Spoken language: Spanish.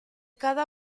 cada